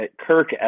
Kirk